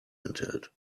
enthält